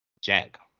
Jack